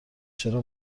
چرا